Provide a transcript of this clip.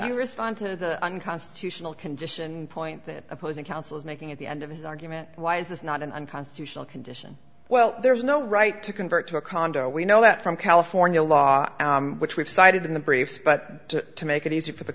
didn't respond to the unconstitutional condition point that opposing counsel is making at the end of his argument why is this not an unconstitutional condition well there's no right to convert to a condo we know that from california law which we've cited in the briefs but to make it easier for the